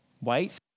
Wait